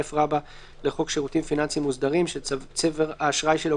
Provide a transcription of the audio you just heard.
לחוק שירותים פיננסיים מוסדרים שצבר האשראי שלו